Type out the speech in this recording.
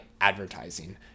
advertising